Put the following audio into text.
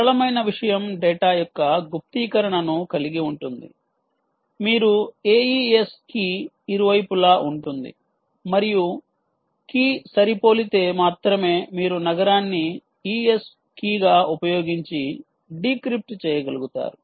సరళమైన విషయం డేటా యొక్క గుప్తీకరణను కలిగి ఉంటుంది మీరు ఎఇఎస్ కీ ఇరువైపులా ఉంటుంది మరియు కీ సరిపోలితే మాత్రమే మీరు నగరాన్ని ES కీగా ఉపయోగించి డీక్రిప్ట్ చేయగలుగుతారు